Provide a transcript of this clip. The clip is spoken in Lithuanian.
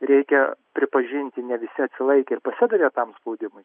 reikia pripažinti ne visi atsilaikė ir pasidavė tam spaudimui